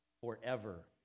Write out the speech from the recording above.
forever